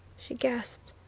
she gasped.